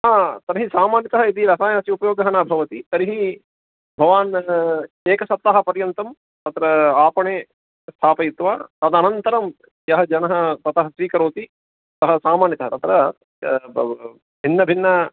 ह तर्हि सामान्यतः यदि रसायस्य उपयोगः न भवति तर्हि भवान् एकसप्ताहपर्यन्तं तत्र आपणे स्थापयित्वा तदनन्तरं यः जनः ततः स्वीकरोति सः सामान्यतः तत्र भिन्नभिन्नेभ्यः